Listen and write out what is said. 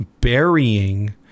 burying